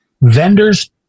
Vendors